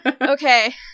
Okay